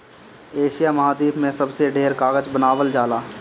Asia महाद्वीप में सबसे ढेर कागज बनावल जाला